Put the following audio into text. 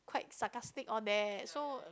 quite sarcastic all that so